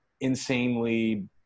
insanely